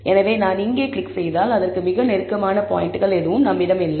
எனவே நான் இங்கே கிளிக் செய்தால் அதற்கு மிக நெருக்கமான பாயிண்ட்கள் எதுவும் நம்மிடம் இல்லை